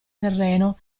terreno